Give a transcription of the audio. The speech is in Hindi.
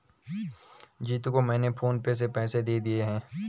जीतू को मैंने फोन पे से पैसे दे दिए हैं